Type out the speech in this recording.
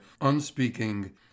unspeaking